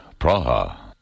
Praha